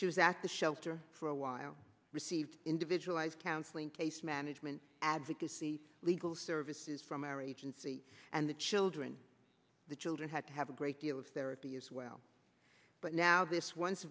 she was at the shelter for a while received individualized counseling case management advocacy legal services from our agency and the children the children had to have a great deal of therapy as well but now this on